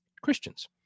Christians